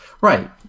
Right